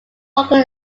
local